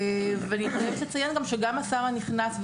אני חייבת לציין שגם השר הנכנס,